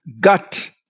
gut